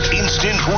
instant